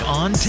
on